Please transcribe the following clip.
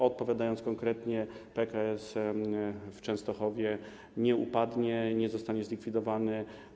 Odpowiadając konkretnie - PKS w Częstochowie nie upadnie i nie zostanie zlikwidowany.